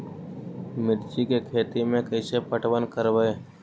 मिर्ची के खेति में कैसे पटवन करवय?